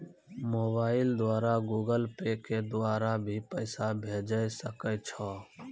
Mobile द्वारा Google Pay के द्वारा भी पैसा भेजै सकै छौ?